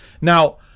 Now